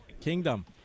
Kingdom